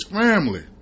family